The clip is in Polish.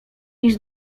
niż